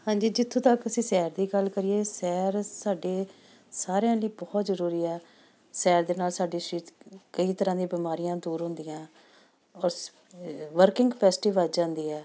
ਹਾਂਜੀ ਜਿੱਥੋਂ ਤੱਕ ਅਸੀਂ ਸੈਰ ਦੀ ਗੱਲ ਕਰੀਏ ਸੈਰ ਸਾਡੇ ਸਾਰਿਆਂ ਲਈ ਬਹੁਤ ਜ਼ਰੂਰੀ ਹੈ ਸੈਰ ਦੇ ਨਾਲ ਸਾਡੀ ਸਰੀਰ 'ਚ ਕਈ ਤਰ੍ਹਾਂ ਦੀਆਂ ਬਿਮਾਰੀਆਂ ਦੂਰ ਹੁੰਦੀਆਂ ਔਰ ਵਰਕਿੰਗ ਕਪੈਸਟੀ ਵੱਧ ਜਾਂਦੀ ਹੈ